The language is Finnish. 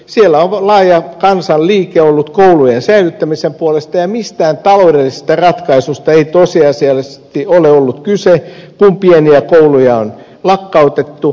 siellä on ollut laaja kansanliike koulujen säilyttämisen puolesta ja mistään taloudellisesta ratkaisusta ei tosiasiallisesti ole ollut kyse kun pieniä kouluja on lakkautettu